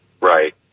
Right